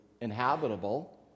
inhabitable